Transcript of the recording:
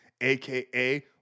aka